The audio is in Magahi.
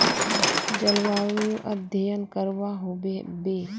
जलवायु अध्यन करवा होबे बे?